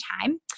time